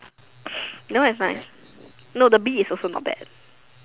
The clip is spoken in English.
no is fine no the Bee is also not bad